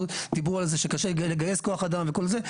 דיברו על זה שקשה לגייס כוח אדם וכל זה,